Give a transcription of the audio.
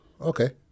Okay